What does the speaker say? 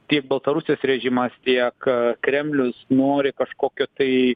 tiek baltarusijos režimas tiek kremlius nori kažkokio tai